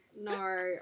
No